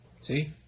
See